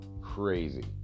crazy